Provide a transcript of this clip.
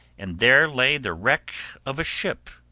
and there lay the wreck of a ship,